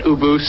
Ubu